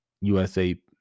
USA